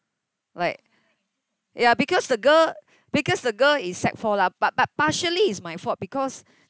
like ya because the girl because the girl is sec four lah but but partially is my fault because